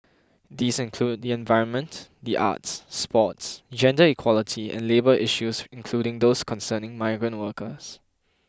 these include the environment the arts sports gender equality and labour issues including those concerning migrant workers